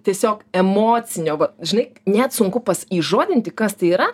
tiesiog emocinio va žinai net sunku pas įžodinti kas tai yra